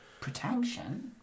Protection